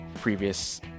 previous